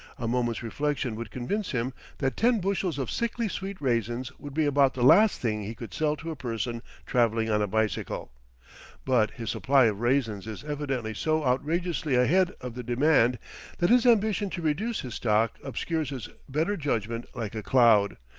a moment's reflection would convince him that ten bushels of sickly-sweet raisins would be about the last thing he could sell to a person travelling on a bicycle but his supply of raisins is evidently so outrageously ahead of the demand that his ambition to reduce his stock obscures his better judgment like a cloud,